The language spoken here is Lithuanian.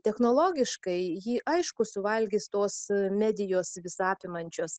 technologiškai jį aišku suvalgys tos medijos visa apimančios